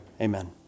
amen